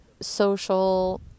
social